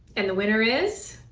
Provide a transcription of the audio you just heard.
and the winner is,